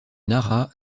nara